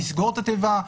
לסגור את התיבה,